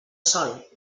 sol